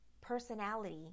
personality